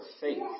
faith